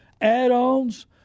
add-ons